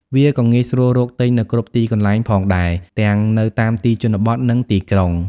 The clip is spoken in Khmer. វាក៏ងាយស្រួលរកទិញនៅគ្រប់ទីកន្លែងផងដែរទាំងនៅតាមទីជនបទ និងទីក្រុង។